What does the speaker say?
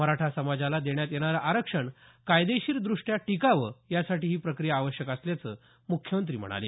मराठा समाजाला देण्यात येणारं आरक्षण कायदेशीरदृष्ट्या टिकावं यासाठी ही प्रक्रिया आवश्यक असल्याचं मुख्यमंत्री म्हणाले